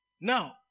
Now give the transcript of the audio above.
Now